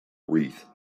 wreath